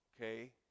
Okay